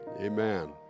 Amen